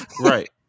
Right